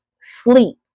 sleep